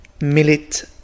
Millet